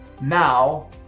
now